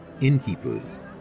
innkeepers